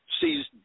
sees